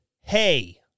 hey